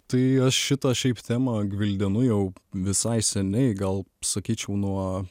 tai aš šitą šiaip tema gvildenu jau visai seniai gal sakyčiau nuo